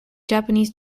japanese